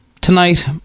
tonight